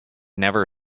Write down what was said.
never